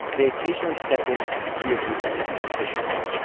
they occasionally step in to free a group of detained fishermen,